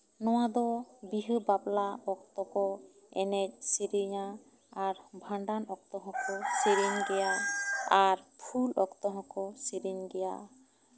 ᱱᱚᱣᱟ ᱫᱚ ᱵᱤᱦᱟᱹ ᱵᱟᱯᱞᱟ ᱚᱠᱛᱚ ᱠᱚ ᱮᱱᱮᱡ ᱥᱮᱨᱮᱧᱟ ᱟᱨ ᱵᱷᱟᱸᱰᱟᱱ ᱚᱠᱛᱚ ᱦᱚᱸᱠᱚ ᱥᱮᱨᱮᱧ ᱜᱮᱭᱟ ᱟᱨ ᱯᱷᱩᱞ ᱚᱠᱛᱚ ᱦᱚᱸᱠᱚ ᱥᱮᱨᱮᱧ ᱜᱮᱭᱟ